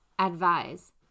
Advise